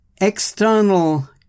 external